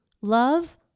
love